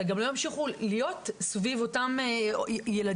אלא גם לא ימשיכו להיות סביב אותם ילדים